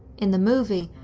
in the movie,